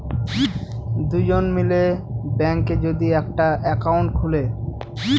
দুজন মিলে ব্যাঙ্কে যদি একটা একাউন্ট খুলে